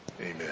Amen